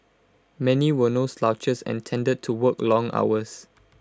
many were no slouches and tended to work long hours